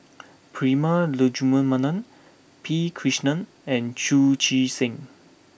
Prema Letchumanan P Krishnan and Chu Chee Seng